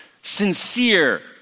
sincere